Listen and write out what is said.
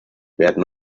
werden